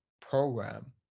program